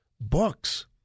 Books